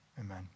Amen